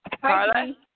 Carla